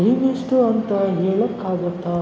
ಟೈಮೆಷ್ಟು ಅಂತ ಹೇಳೋಕ್ಕಾಗುತ್ತಾ